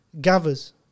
gathers